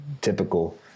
typical